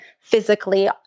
physically